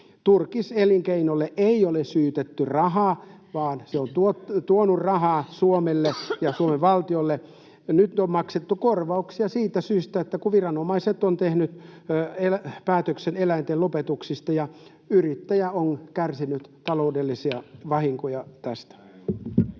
Turkiselinkeinolle ei ole syydetty rahaa, vaan se on tuonut rahaa Suomelle ja Suomen valtiolle. Nyt on maksettu korvauksia siitä syystä, että viranomaiset ovat tehneet päätöksen eläinten lopetuksista ja yrittäjä on kärsinyt taloudellisia [Puhemies